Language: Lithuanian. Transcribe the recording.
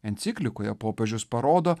enciklikoje popiežius parodo